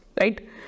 Right